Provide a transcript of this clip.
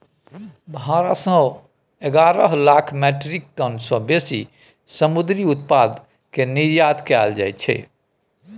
भारत सँ एगारह lakh metric tonne सँ बेसी समुंदरी उत्पाद केर निर्यात कएल जाइ छै